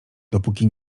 dopóki